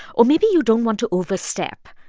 or maybe you don't want to overstep?